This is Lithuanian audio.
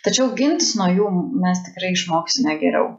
tačiau gintis nuo jų mes tikrai išmoksime geriau